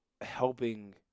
helping